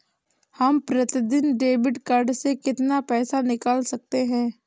हम प्रतिदिन debit card से कितना पैसा निकाल सकते हैं?